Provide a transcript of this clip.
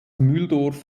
mühldorf